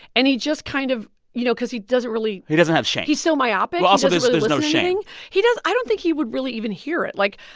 and he'd just kind of you know, cause he doesn't really. he doesn't have shame he's so myopic also, there's no shame he does i don't think he would really even hear it. like,